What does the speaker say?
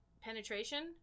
penetration